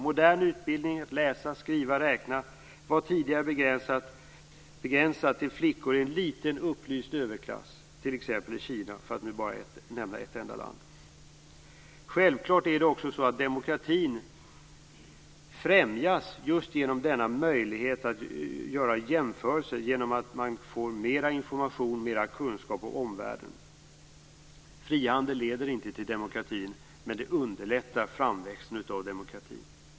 Modern utbildning i att läsa, skriva och räkna var tidigare begränsad till flickor i en liten upplyst överklass, t.ex. i Kina, för att nu nämna bara ett enda land. Självklart är det också så att demokratin främjas just genom den möjlighet att göra jämförelser som mera information och kunskap om omvärlden ger. Frihandel leder inte till demokrati men underlättar framväxten av demokrati.